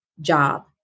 job